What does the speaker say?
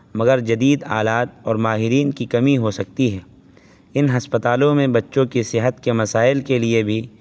مگر جدید آلات اور ماہرین کی کمی ہو سکتی ہے ان ہسپتالوں میں بچوں کی صحت کے مسائل کے لیے بھی